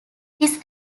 his